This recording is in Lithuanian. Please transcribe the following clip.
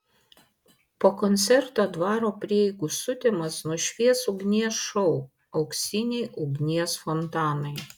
po koncerto dvaro prieigų sutemas nušvies ugnies šou auksiniai ugnies fontanai